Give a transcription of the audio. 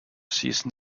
season